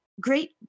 great